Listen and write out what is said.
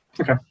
Okay